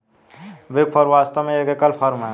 big four वास्तव में एक एकल फर्म है